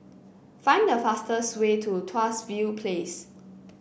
find the fastest way to Tuas View Place